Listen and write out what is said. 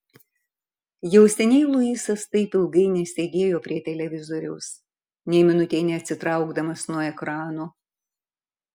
jau seniai luisas taip ilgai nesėdėjo prie televizoriaus nė minutei neatsitraukdamas nuo ekrano